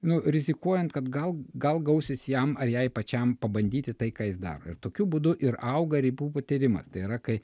nu rizikuojant kad gal gal gausis jam ar jai pačiam pabandyti tai ką jis daro ir tokiu būdu ir auga ribų patyrimas tai yra kai